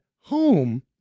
home